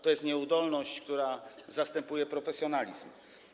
To jest nieudolność, która zastępuje profesjonalizm.